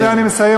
בזה אני מסיים,